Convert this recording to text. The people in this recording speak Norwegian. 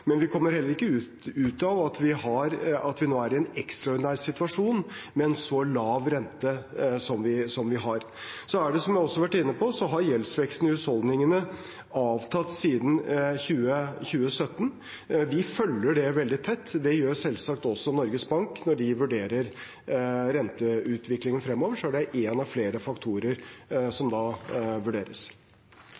men vi kommer heller ikke fra at vi nå er i en ekstraordinær situasjon med en så lav rente som vi har. Som jeg også har vært inne på, har gjeldsveksten i husholdningene avtatt siden 2017. Vi følger det veldig tett. Det gjør selvsagt også Norges Bank. Når de vurderer renteutviklingen fremover, er det én av flere faktorer som